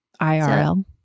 IRL